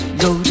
go